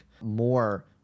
more